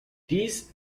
dies